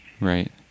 Right